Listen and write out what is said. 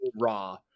raw